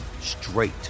straight